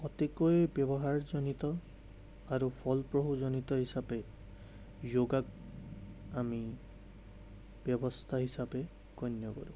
অতিকৈ ব্যৱহাৰজনিত আৰু ফলপ্ৰসূজনিত হিচাপে য়োগাক আমি ব্যৱস্থা হিচাপে গণ্য কৰোঁ